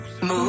Move